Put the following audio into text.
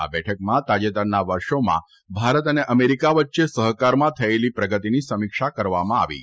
આ બેઠકમાં તાજેતરના વર્ષોમાં ભારત અને અમેરિકા વચ્ચે સહકારમાં થયેલી પ્રગતિની સમિક્ષા કરવામાં આવી હતી